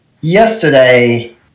yesterday